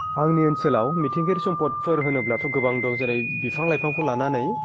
आंनि ओनसोलाव मिथिंगायारि सम्पदफोर होनोब्लाथ' गोबां दं जेरै बिफां लाइफांखौ लानानै